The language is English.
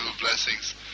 blessings